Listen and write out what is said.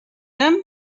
him